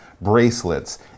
bracelets